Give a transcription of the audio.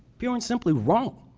pure and simply wrong.